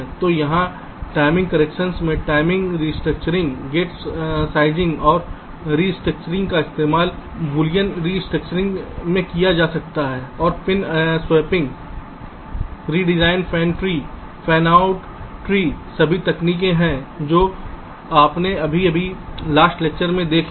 तो यहां timing correction में टाइमिंग रिस्ट्रक्चरिंग गेट साइजिंग और रिस्ट्रक्चरिंग का इस्तेमाल बुलियन रिस्ट्रक्चरिंग में किया जा सकता है और pin swapping redesign fan tree fanout tree सभी तकनीकें हैं जो आपने अभी अभी लास्ट लेक्चर में देखी हैं